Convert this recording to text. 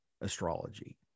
astrology